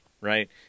right